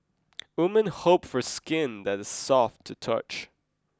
women hope for skin that is soft to touch